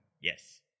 Yes